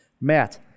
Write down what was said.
Matt